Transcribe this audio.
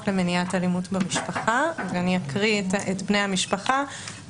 למניעת אלימות במשפחה ואני אקריא את בני המשפחה